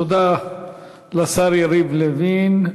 תודה לשר יריב לוין.